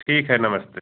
ठीक है नमस्ते